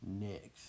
Next